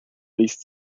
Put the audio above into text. least